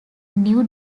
new